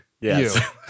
yes